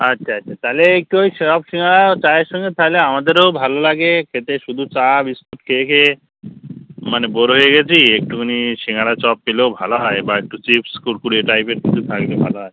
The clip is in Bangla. আচ্ছা আচ্ছা তাহলে একটু ওই চপ শিঙাড়া চায়ের সঙ্গে তাহলে আমাদেরও ভালো লাগে খেতে শুধু চা বিস্কুট খেয়ে খেয়ে মানে বোরড হয়ে গেছি একটুখানি শিঙাড়া চপ পেলেও ভালো হয় বা একটু চিপ্স কুড়কুড়ে টাইপের কিছু থাকলে ভালো হয়